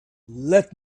let